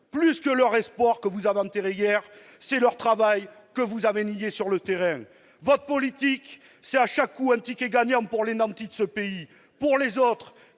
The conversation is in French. que leur espoir, que vous avez enterré hier, c'est leur travail que vous avez nié sur le terrain. Votre politique, c'est à chaque coup un ticket gagnant pour les nantis de ce pays. Pour les autres,